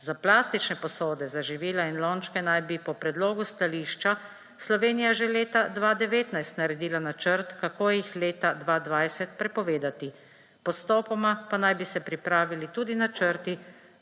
Za plastične posode, za živila in lončke naj bi po predlogu stališča Slovenija že leta 2019 naredila načrt, kako jih leta 2020 prepovedati, postopoma pa naj bi se pripravili tudi načrti